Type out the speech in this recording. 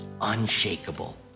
unshakable